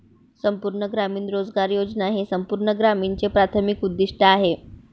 संपूर्ण ग्रामीण रोजगार योजना हे संपूर्ण ग्रामीणचे प्राथमिक उद्दीष्ट आहे